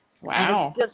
Wow